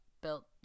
built